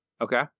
Okay